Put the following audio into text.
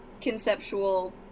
conceptual